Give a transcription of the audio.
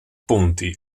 ponti